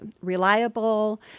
reliable